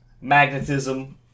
Magnetism